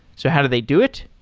so how do they do it?